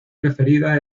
preferida